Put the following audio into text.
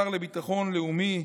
השר לביטחון לאומי,